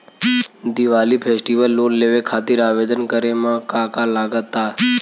Diwali festival loan लेवे खातिर आवेदन करे म का का लगा तऽ?